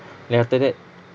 then after that